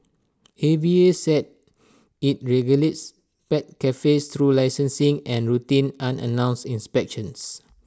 A V A said IT regulates pet cafes through licensing and routine unannounced inspections